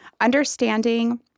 Understanding